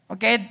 Okay